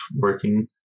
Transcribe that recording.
working